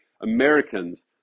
Americans